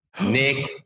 Nick